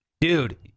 Dude